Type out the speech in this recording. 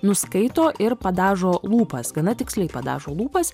nuskaito ir padažo lūpas gana tiksliai padažo lūpas